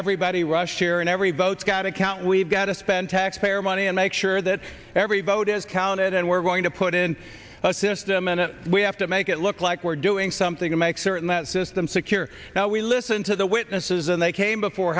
everybody rushed here and every votes got a count we've got to spend taxpayer money and make sure that every vote is counted and we're going to put in a system and we have to make it look like we're doing something to make certain that system secure now we listen to the witnesses and they came before